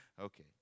Okay